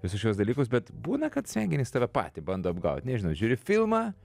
visus šiuos dalykus bet būna kad smegenys tave patį bando apgaut nežinau žiūri filmą